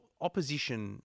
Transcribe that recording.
opposition